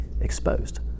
exposed